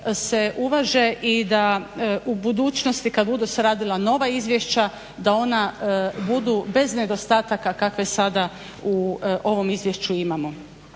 se uvaže i da u budućnosti kad budu se radila nova izvješća da ona budu bez nedostataka kakve sada u ovom izvješću imamo.